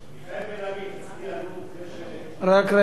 נראה לי, הצביע, לפני, רק רגע.